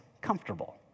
comfortable